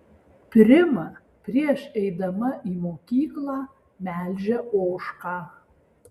prima prieš eidama į mokyklą melžia ožką